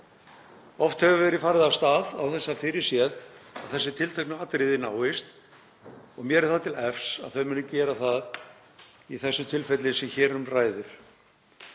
Oft hefur verið farið af stað án þess að það sé fyrirséð að þessi tilteknu atriði náist og mér er það til efs að þau muni gera það í þessu tilfelli sem hér um ræðir.